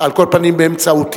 על כל פנים באמצעותי.